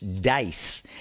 dice